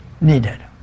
needed